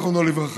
זיכרונו לברכה,